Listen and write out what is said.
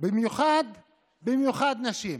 במיוחד נשים.